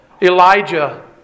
Elijah